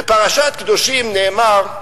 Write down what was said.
בפרשת קדושים נאמר: